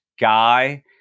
guy